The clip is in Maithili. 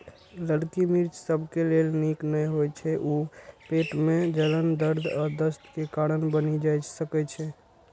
ललकी मिर्च सबके लेल नीक नै होइ छै, ऊ पेट मे जलन, दर्द आ दस्त के कारण बनि सकै छै